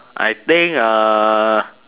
I think uh